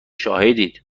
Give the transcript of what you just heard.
شاهدید